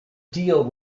deal